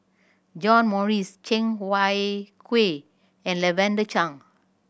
John Morrice Cheng Wai Keung and Lavender Chang